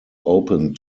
opened